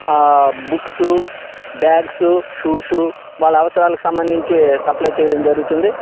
books bags shoes వాళ్ళ అవసరాలకి సంబంధించి సప్లై చేయడం జరుగుతుంది